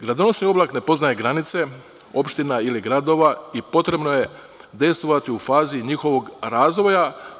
Gradonosni oblak ne poznaje granice opština ili gradova i potrebno je dejstvovati u fazi njihovog razvoja.